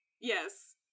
yes